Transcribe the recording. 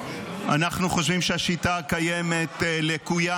חושבים שהשיטה הקיימת לקויה.